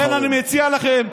לכן אני מציע לכם,